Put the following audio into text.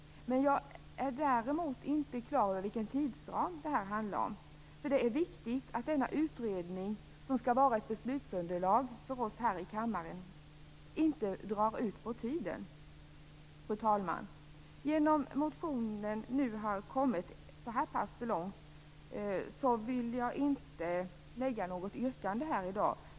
Däremot är jag inte klar över vilken tidsram som det handlar om. Det är viktigt att denna utredning, som skall utgöra ett beslutsunderlag för oss här i kammaren, inte drar ut på tiden. Fru talman! Genom att motionen nu har kommit så här pass långt vill jag inte framställa något yrkande i dag.